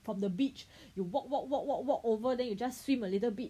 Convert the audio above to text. from the beach you walk walk walk walk walk over then you just swim a little bit